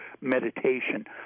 meditation